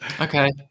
Okay